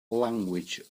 language